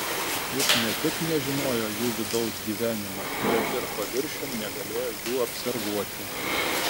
jis ne tik nežinojo jų vidaus gyvenimo bet ir paviršium negalėjo jų observuoti